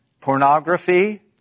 pornography